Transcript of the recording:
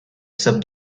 sub